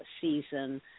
season